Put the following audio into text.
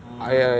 oh ya